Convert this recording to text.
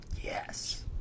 Yes